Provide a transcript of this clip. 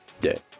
dead